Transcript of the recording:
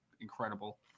incredible